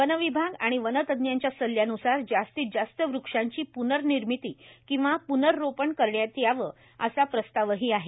one विभाग व वन तज्जांच्या सल्ल्यान्सार जास्तीत जास्त वृक्षांची प्नर्निर्मिती किंवा प्र्नरोपण करण्यात यावी असा प्रस्तावही आहे